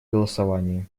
голосование